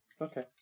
Okay